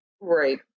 Right